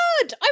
God